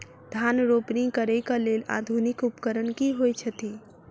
धान रोपनी करै कऽ लेल आधुनिक उपकरण की होइ छथि?